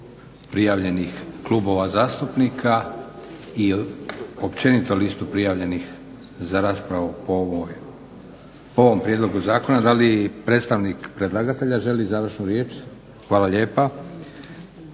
prijavljenih klubova zastupnika i općenito listu prijavljenih za raspravu po ovom prijedlogu zakona. Da li predstavnik predlagatelja želi završnu riječ? Hvala lijepa.